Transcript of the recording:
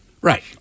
Right